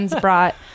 brought